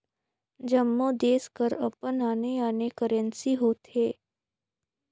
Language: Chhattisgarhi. जम्मो देस कर अपन आने आने करेंसी होथे